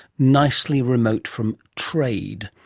nicely remote from trade.